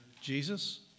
Jesus